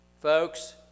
Folks